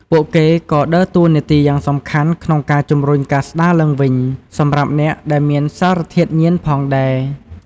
ពួកគេក៏ដើរតួនាទីយ៉ាងសំខាន់ក្នុងការជំរុញការស្ដារឡើងវិញ សម្រាប់អ្នកដែលមានសារធាតុញៀនផងដែរ។